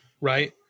right